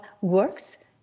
works